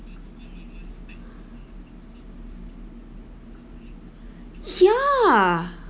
yeah